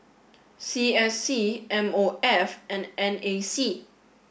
C S C M O F and N A C